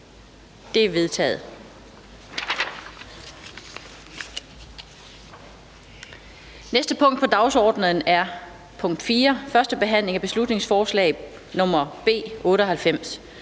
Det er vedtaget. --- Det næste punkt på dagsordenen er: 4) 1. behandling af beslutningsforslag nr. B 98: